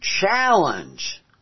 challenge